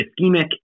ischemic